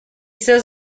says